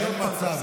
אין מצב,